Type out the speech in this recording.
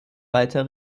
weiter